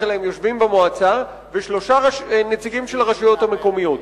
עליהם ושלושה נציגים של הרשויות המקומיות.